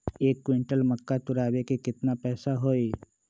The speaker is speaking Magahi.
एक क्विंटल मक्का तुरावे के केतना पैसा होई?